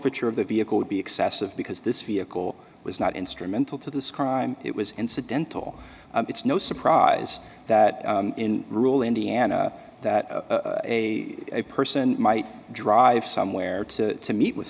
iture of the vehicle would be excessive because this vehicle was not instrumental to this crime it was incidental it's no surprise that in rule indiana that a person might drive somewhere to meet with